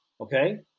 Okay